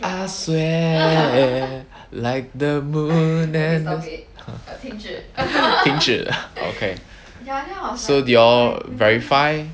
I swear like the moon and the 停止 okay so did you all verify